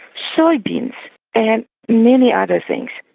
soy beans and many other things.